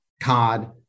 cod